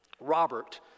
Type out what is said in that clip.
Robert